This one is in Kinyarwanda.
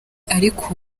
ariko